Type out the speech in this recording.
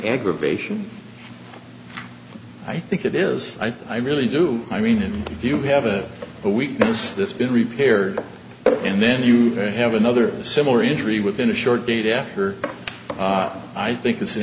aggravation i think it is i really do i mean if you have a weakness that's been repaired and then you have another similar injury within a short date after i think it's an